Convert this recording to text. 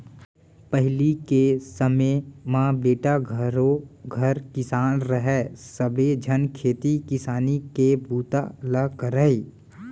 पहिली के समे म बेटा घरों घर किसान रहय सबे झन खेती किसानी के बूता ल करयँ